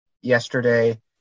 yesterday